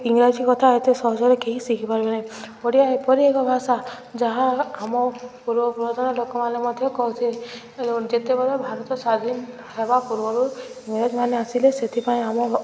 ଇଂରାଜୀ କଥା ଏତେ ସହଜରେ କେହି ଶିଖିପାରିବେ ନାହିଁ ଓଡ଼ିଆ ଏପରି ଏକ ଭାଷା ଯାହା ଆମ ପୂର୍ବ ପୁରାତନ ଲୋକମାନେ ମଧ୍ୟ କହୁଥିଲେ ଯେତେବେଳେ ଭାରତ ସ୍ୱାଧୀନ ହେବା ପୂର୍ବରୁ ଇଂରାଜୀମାନେ ଆସିଲେ ସେଥିପାଇଁ ଆମ